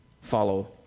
follow